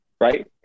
right